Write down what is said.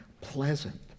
Pleasant